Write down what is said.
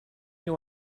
you